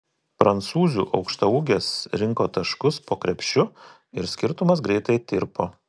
prancūzių aukštaūgės rinko taškus po krepšiu ir skirtumas greitai tirpo